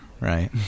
right